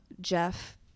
Jeff